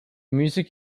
music